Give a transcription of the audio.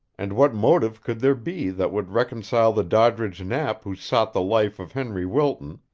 and what motive could there be that would reconcile the doddridge knapp who sought the life of henry wilton,